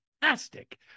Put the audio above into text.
fantastic